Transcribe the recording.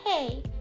Hey